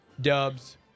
dubs